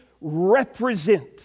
represent